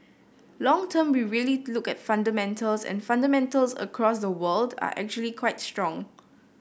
long term we really look at fundamentals and fundamentals across the world are actually quite strong